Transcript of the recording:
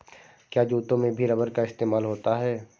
क्या जूतों में भी रबर का इस्तेमाल होता है?